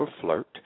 FLIRT